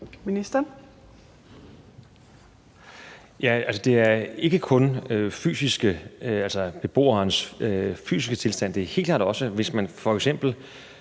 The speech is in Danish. altså, det er ikke kun beboerens fysiske tilstand, der er tale om, men helt klart også, hvis man f.eks.